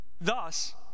Thus